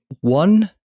one